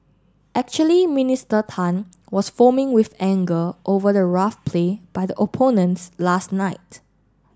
actually Minister Tan was foaming with anger over the rough play by the opponents last night